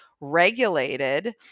Regulated